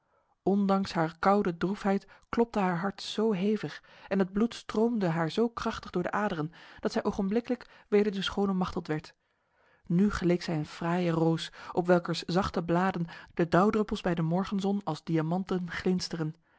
ondanks haar koude droefheid klopte haar hart zo hevig en het bloed stroomde haar zo krachtig door de aderen dat zij ogenblikkelijk weder de schone machteld werd nu geleek zij een fraaie roos op welkers zachte bladen de dauwdruppels bij de morgenzon als diamanten glinsteren